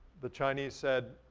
the chinese said,